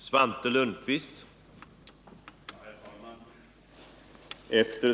Herr talman!